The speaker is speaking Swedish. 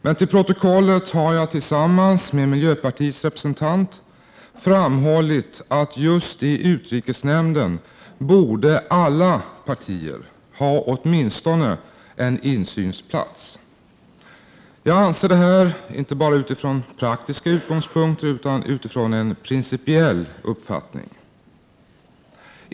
Men till protokollet har jag tillsammans med miljöpartiets representant framhållit att just i utrikesnämnden borde alla partier ha åtminstone en insynsplats. Det anser jag inte bara utifrån praktiska utgångspunkter, utan utifrån en principiell uppfattning.